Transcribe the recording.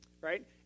Right